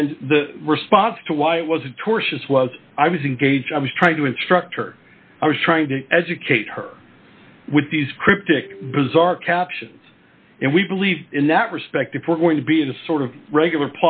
and the response to why it was a tortious was i was engaged i was trying to instruct her i was trying to educate her with these cryptic bizarre captions and we believe in that respect if we're going to be in a sort of regular